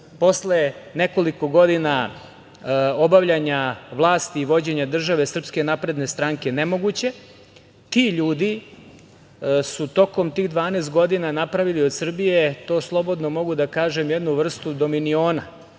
posle nekoliko godina obavljanja vlasti i vođenja države SNS, nemoguće. Ti ljudi su tokom tih 12 godina napravili od Srbije, to slobodno mogu da kažem, jednu vrstu dominiona,